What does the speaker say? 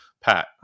pat